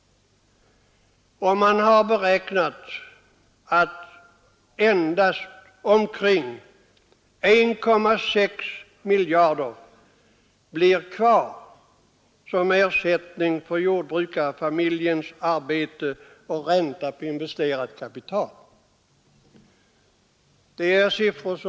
Man har beräknat att endast omkring 1,6 miljarder blir kvar som ersättning för jordbrukarfamiljernas arbete och ränta på investerat kapital.